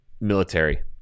military